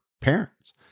parents